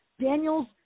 Daniel's